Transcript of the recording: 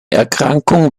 erkrankung